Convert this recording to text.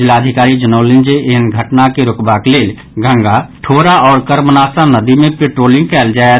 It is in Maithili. जिलाधिकारी जनौलनि जे एहेन घटना के रोकबाक लेल गंगा ठोरा आओर कर्मनाशा नदी मे पेट्रोलिंग कयल जायत